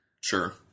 Sure